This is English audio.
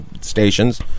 stations